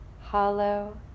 hollow